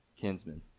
kinsman